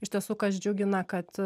iš tiesų kas džiugina kad